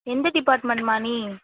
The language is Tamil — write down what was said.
எந்த டிப்பார்ட்மெண்ட்டுமா நீ